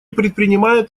предпринимает